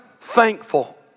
thankful